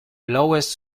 lowest